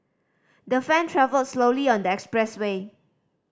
the fan travelled slowly on the expressway